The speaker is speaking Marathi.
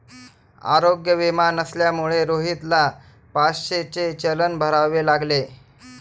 आरोग्य विमा नसल्यामुळे रोहितला पाचशेचे चलन भरावे लागले